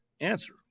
answer